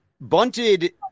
bunted